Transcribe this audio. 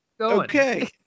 Okay